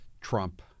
Trump